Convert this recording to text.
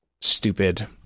stupid